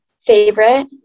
Favorite